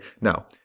Now